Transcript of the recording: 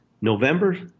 November